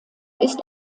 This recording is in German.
ist